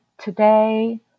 today